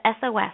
SOS